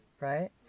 right